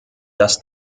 dass